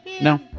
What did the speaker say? No